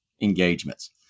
engagements